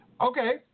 Okay